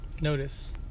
notice